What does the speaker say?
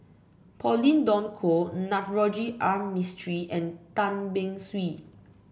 Pauline Dawn Loh Navroji R Mistri and Tan Beng Swee